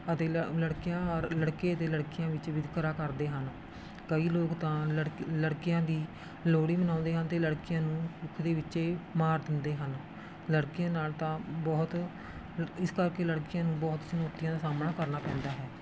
ਅਤੇ ਲ ਲੜਕਿਆਂ ਔਰ ਲੜਕੇ ਅਤੇ ਲੜਕੀਆਂ ਵਿੱਚ ਵਿਤਕਰਾ ਕਰਦੇ ਹਨ ਕਈ ਲੋਕ ਤਾਂ ਲੜਕ ਲੜਕਿਆਂ ਦੀ ਲੋਹੜੀ ਮਨਾਉਂਦੇ ਹਨ ਅਤੇ ਲੜਕੀਆਂ ਨੂੰ ਕੁੱਖ ਦੇ ਵਿੱਚ ਮਾਰ ਦਿੰਦੇ ਹਨ ਲੜਕੀਆਂ ਨਾਲ ਤਾਂ ਬਹੁਤ ਇਸ ਕਰਕੇ ਲੜਕੀਆਂ ਨੂੰ ਬਹੁਤ ਚੁਣੌਤੀਆਂ ਦਾ ਸਾਹਮਣਾ ਕਰਨਾ ਪੈਂਦਾ ਹੈ